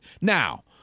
now